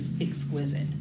exquisite